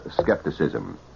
skepticism